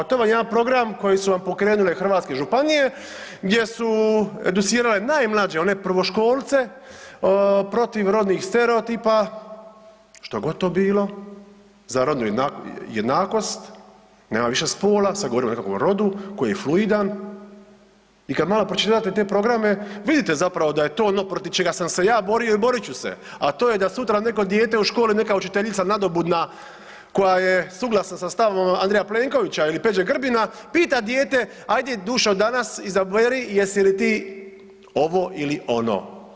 To vam je jedan program koji su vam pokrenule hrvatske županije gdje su educirale najmlađe, one prvoškolce protiv rodnih stereotipa, što god to bilo, za rodne jednakost, nema više spola, sad govorimo o nekakvom rodu koji je fluidan, i kad malo pročitate te programe, vidite zapravo da je to ono protiv čega sam se ja borio i borit ću se, a to je da sutra neko dijete u školi, neka učiteljica nadobudna koja je suglasna sa stavom Andreja Plenkovića ili Peđe Grbina pita dijete, ajde dušo danas izaberi jesi li ti ovo ili ono.